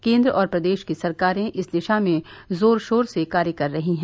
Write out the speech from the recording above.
केन्द्र और प्रदेश की सरकारें इस दिशा में जोर शोर से कार्य कर रही हैं